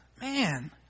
Man